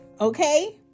Okay